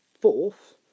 fourth